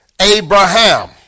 Abraham